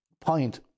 point